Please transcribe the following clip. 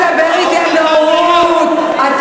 את זה, אתה תדבר אתי על נאורות?